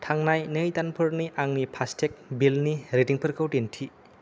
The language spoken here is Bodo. थांनाय नै दानफोरनि आंनि फास्टेगनि बिलनि रिदिंफोरखौ दिन्थि